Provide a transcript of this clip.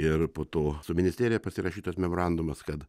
ir po to su ministerija pasirašytas memorandumas kad